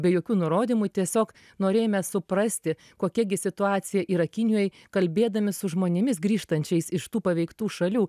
be jokių nurodymų tiesiog norėjome suprasti kokia gi situacija yra kinijoj kalbėdami su žmonėmis grįžtančiais iš tų paveiktų šalių